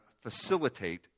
facilitate